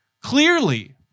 Clearly